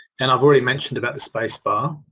and i've already mentioned about the spacebar.